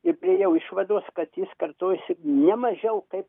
ir priėjau išvados kad jis kartojasi ne mažiau kaip